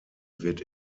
wird